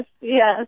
yes